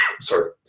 Sorry